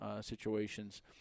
situations